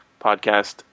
podcast